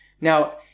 Now